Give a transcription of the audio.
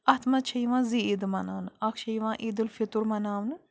اَتھ منٛز چھِ یِوان زٕعیٖدٕ مناونہٕ اَکھ چھِ یِوان عیٖدُالفِطر مناونہٕ